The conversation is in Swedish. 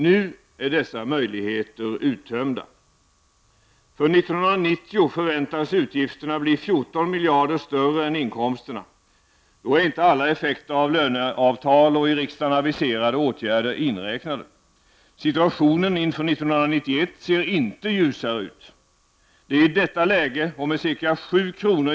Nu är dessa möjligheter uttömda. För 1990 förväntas utgifterna bli 14 miljarder kronor större än inkomsterna. Då är inte alla effekter av löneavtal och av i riksdagen aviserade åtgärder inräknade. Situationen inför 1991 ser inte ljusare ut. Det är i detta läge och med ca 7 kr.